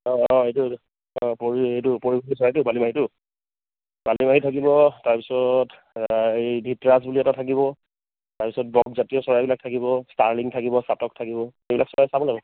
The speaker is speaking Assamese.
অঁ অঁ এইটো অঁ পৰি এইটো পৰিভ্ৰমী চৰাইটো বালিমাহীটো বালিমাহী থাকিব তাৰপিছত হেৰি ধৃতৰাজ বুলি এটা থাকিব তাৰ পিছত ডগ জাতীয় চৰাইবিলাক থাকিব ষ্টাৰলিং থাকিব চাটক থাকিব এইবিলাক চৰাই চাব লাগে